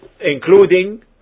including